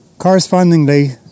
Correspondingly